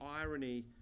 irony